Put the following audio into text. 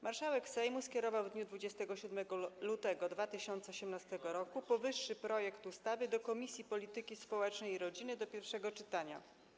Marszałek Sejmu skierował w dniu 27 lutego 2018 r. powyższy projekt ustawy od Komisji Polityki Społecznej i Rodziny do pierwszego czytania.